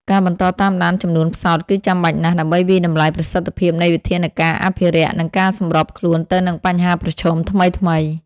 ការបន្តតាមដានចំនួនផ្សោតគឺចាំបាច់ណាស់ ដើម្បីវាយតម្លៃប្រសិទ្ធភាពនៃវិធានការអភិរក្ស និងសម្របខ្លួនទៅនឹងបញ្ហាប្រឈមថ្មីៗ។